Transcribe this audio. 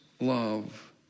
love